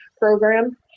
program